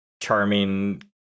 charming